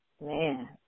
Man